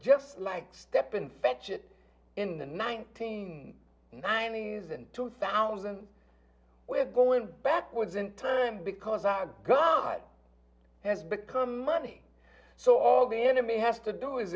just like stepin fetchit in the nineteen ninety's and two thousand we're going backwards in time because our god has become money so all the enemy has to do is